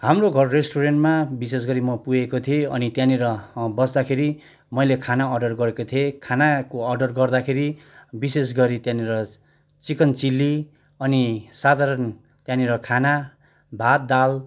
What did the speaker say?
हाम्रो घर रेस्टुरेन्टमा विशेष गरी म पुगेको थिएँ अनि त्यहाँनिर बस्दाखेरि मैले खाना अर्डर गरेको थिएँ खानाको अर्डर गर्दाखेरि विशेष गरी त्यहाँनिर चिकन चिल्ली अनि साधारण त्यहाँनिर खाना भात दाल